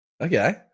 Okay